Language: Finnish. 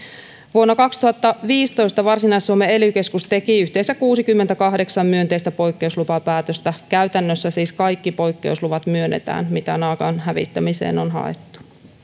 vuonna kaksituhattaviisitoista varsinais suomen ely keskus teki yhteensä kuusikymmentäkahdeksan myönteistä poikkeuslupapäätöstä käytännössä siis myönnetään kaikki poikkeusluvat mitä naakan hävittämiseen on haettu